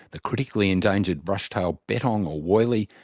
the critically endangered brush tailed bettong, or woylie,